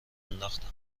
انداختن